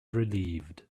relieved